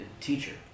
teacher